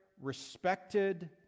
respected